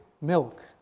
milk